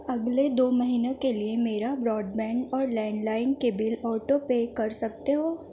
اگلے دو مہینوں کے لئے میرا براڈ بینڈ اور لینڈ لائن کے بل آٹو پے کر سکتے ہو